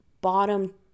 bottom